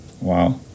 wow